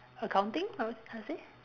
accounting I would I would say